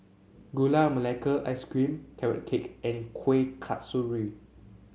Gula Melaka Ice Cream Carrot Cake and Kueh Kasturi